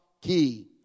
Key